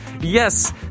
Yes